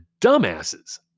dumbasses